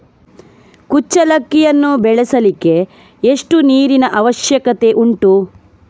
ಕುಚ್ಚಲಕ್ಕಿಯನ್ನು ಬೆಳೆಸಲಿಕ್ಕೆ ಎಷ್ಟು ನೀರಿನ ಅವಶ್ಯಕತೆ ಉಂಟು?